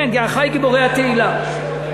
כן, אחי גיבורי התהילה.